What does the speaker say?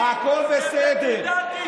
הכול בסדר.